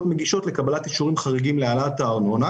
מגישות לקבלת אישורים חריגים להעלאת הארנונה.